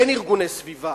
אין ארגוני סביבה,